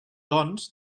doncs